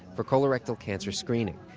for colorectal cancer screening.